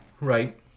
Right